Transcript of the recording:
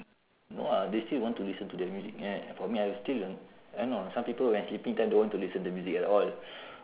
no lah they still will want to listen to their music ya for me I will still want I don't know some people when sleeping time don't want to listen to music at all